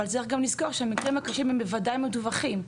אבל צריך גם לזכור שהמקרים הקשים הם בוודאי מדווחים.